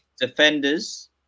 Defenders